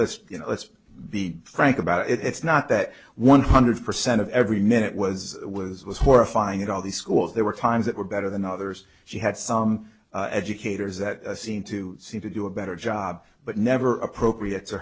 just you know let's be frank about it it's not that one hundred percent of every minute was was was horrifying it all the schools there were times that were better than others she had some educators that seemed to seem to do a better job but never appropriate to